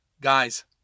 Guys